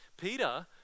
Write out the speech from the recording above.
Peter